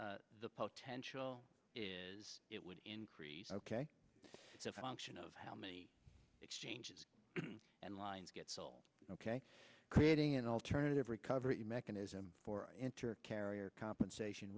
trap the potential is it would increase ok it's a function of how many exchanges and lines get sold ok creating an alternative recovery mechanism for enter carrier compensation